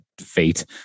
fate